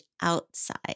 outside